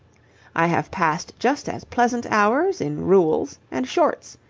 i have passed just as pleasant hours in rule's and short's.